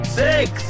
six